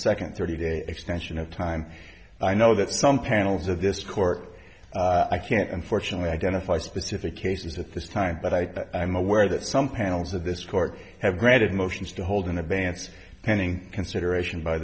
second thirty day extension of time i know that some panels of this court i can't unfortunately identify specific cases that this time but i am aware that some panels of this court have granted motions to hold in advance pending consideration by